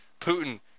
Putin